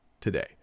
today